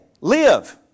Live